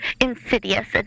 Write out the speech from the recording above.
Insidious